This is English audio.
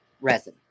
resin